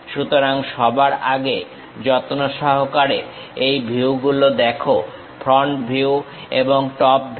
সুতরাংসবার আগে যত্নসহকারে এই ভিউগুলো দেখো ফ্রন্ট ভিউ এবং টপ ভিউ